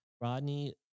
Rodney